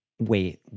wait